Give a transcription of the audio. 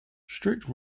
strict